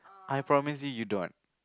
I promise you you don't